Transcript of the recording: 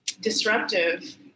disruptive